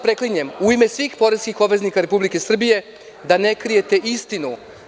Preklinjem vas u ime svih poreskih obveznika Republike Srbije da ne krijete istinu.